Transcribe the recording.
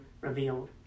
revealed